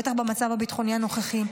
בטח במצב הביטחוני הנוכחי,